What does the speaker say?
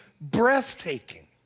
breathtaking